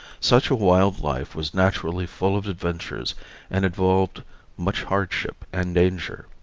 such a wild life was naturally full of adventures and involved much hardship and danger.